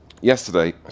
yesterday